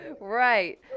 right